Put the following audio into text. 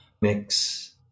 mix